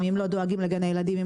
אם לא דואגים לגני ילדים,